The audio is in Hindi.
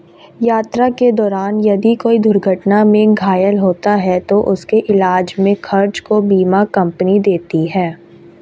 यात्रा के दौरान यदि कोई दुर्घटना में घायल होता है तो उसके इलाज के खर्च को बीमा कम्पनी देती है